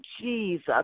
Jesus